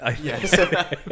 Yes